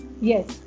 yes